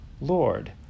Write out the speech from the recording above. Lord